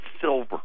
silver